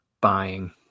buying